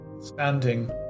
standing